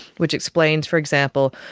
which explains, for example,